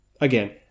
again